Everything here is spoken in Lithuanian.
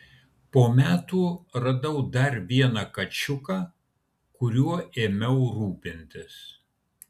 po metų radau dar vieną kačiuką kuriuo ėmiau rūpintis